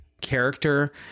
Character